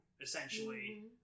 essentially